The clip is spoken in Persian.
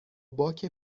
باک